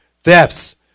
thefts